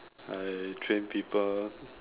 I train people